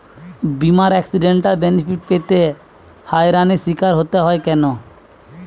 বিমার accidental benefit পেতে হয়রানির স্বীকার হতে হয় কেন?